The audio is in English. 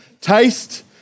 Taste